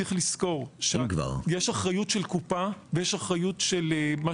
צריך לזכור שיש אחריות של קופה ויש